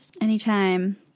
Anytime